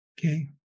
Okay